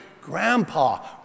grandpa